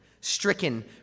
stricken